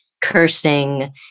cursing